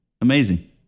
amazing